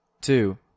two